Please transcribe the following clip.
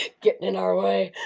getting in our way.